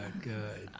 and good,